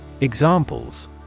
Examples